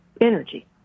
energy